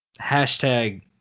Hashtag